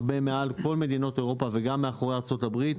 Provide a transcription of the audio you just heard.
הרבה מעל כל מדינות אירופה וגם ארצות הברית.